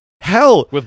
Hell